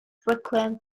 frequent